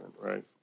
right